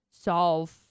solve